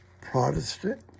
Protestant